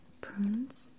prunes